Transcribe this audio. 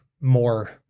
more